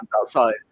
outside